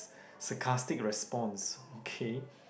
sarcastic response okay